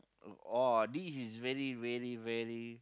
oh oh this is very very very